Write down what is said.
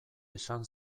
esan